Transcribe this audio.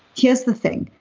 here's the thing.